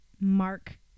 Mark